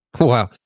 Wow